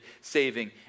saving